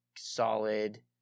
solid